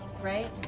right?